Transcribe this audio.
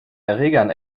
erregern